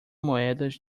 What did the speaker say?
moedas